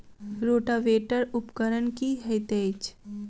Rotavator उपकरण की हएत अछि?